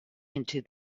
into